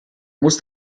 muss